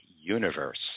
Universe